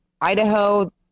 Idaho